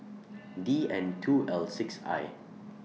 D N two L six I